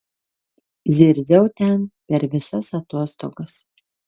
zirziau ten per visas atostogas